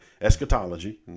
eschatology